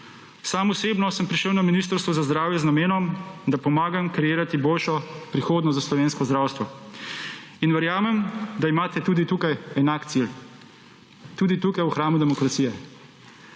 Sam osebno sem prišel na Ministrstvo za zdravje z namenom, da pomagam kreirati boljšo prihodnost za slovensko zdravstvo. In verjamem, da imate tudi tukaj enak cilj, tudi tukaj v hramu demokracije.